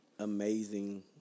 Amazing